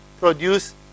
produce